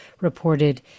reported